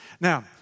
Now